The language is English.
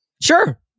Sure